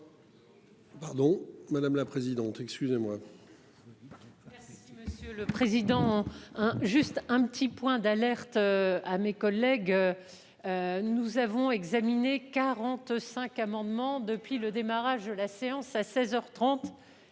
madame la présidente, excusez-moi.